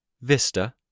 Vista